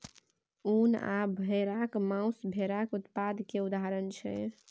उन आ भेराक मासु भेराक उत्पाद केर उदाहरण छै